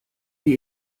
die